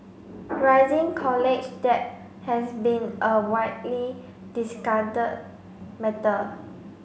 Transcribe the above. rising college debt has been a widely discarded matter